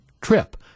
Trip